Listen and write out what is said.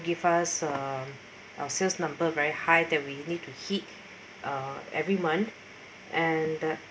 give us um our sales number very high that we need to hit uh every month and the